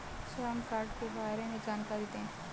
श्रम कार्ड के बारे में जानकारी दें?